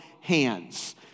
hands